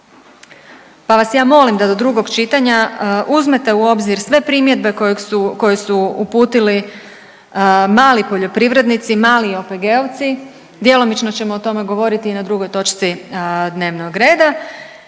pa vas ja molim da do drugog čitanja uzmete u obzir sve primjedbe kojeg su, koje su uputili mali poljoprivrednici i mali OPG-ovci, djelomično ćemo o tome govoriti i na drugoj točci dnevnog reda